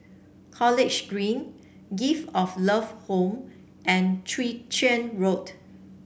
College Green Gift of Love Home and Chwee Chian Road